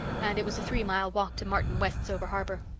and it was a three mile walk to martin west's over-harbour.